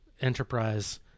enterprise